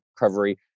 recovery